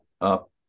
up